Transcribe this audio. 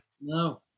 No